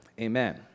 amen